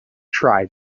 tried